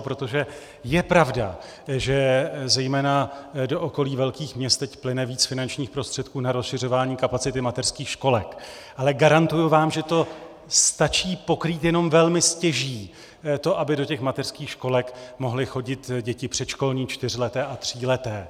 Protože je pravda, že zejména do okolí velkých měst teď plyne víc finančních prostředků na rozšiřování kapacity mateřských školek, ale garantuji vám, že to stačí pokrýt jenom velmi stěží to, aby do těch mateřských školek mohly chodit děti předškolní, čtyřleté a tříleté.